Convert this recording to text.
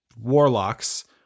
warlocks